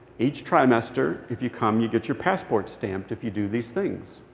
each trimester, if you come, you get your passport stamped if you do these things.